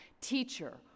teacher